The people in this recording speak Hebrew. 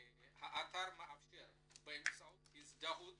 האתר מאפשר באמצעות הזדהות